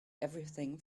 everything